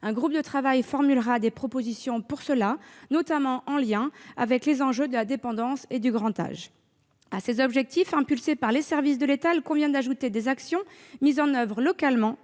Un groupe de travail formulera des propositions pour cela, notamment en lien avec les enjeux de la dépendance et du grand âge. À ces objectifs impulsés par les services de l'État, il convient d'ajouter les actions mises en oeuvre localement